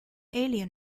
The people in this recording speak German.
alien